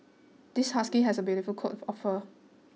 this husky has a beautiful coat of fur